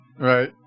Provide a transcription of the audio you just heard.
Right